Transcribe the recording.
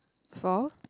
for